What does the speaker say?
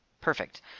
Perfect